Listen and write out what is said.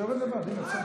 אתה יורד לבד, הינה, בסדר.